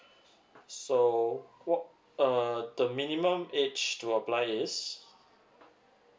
so what uh the minimum age to apply is